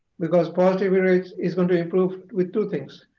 because positivity rate is going to improve with two things.